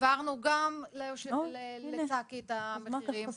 העברנו גם לצקי את המחירים.